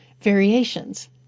variations